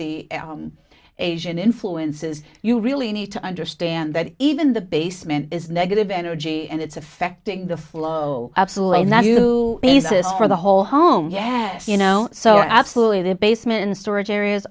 the asian influences you really need to understand that even the basement is negative energy and it's affecting the flow absolutely not you just for the whole home yes you know so absolutely the basement and storage areas